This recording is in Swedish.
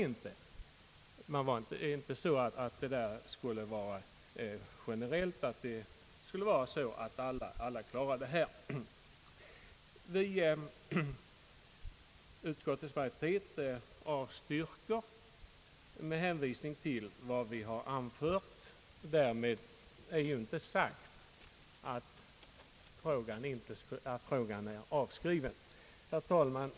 Det är inte så att alla skulle klara sig. Utskottets majoritet avstyrker motionerna med hänvisning till vad vi anfört. Därmed är dock inte sagt att frågan är avskriven. Herr talman!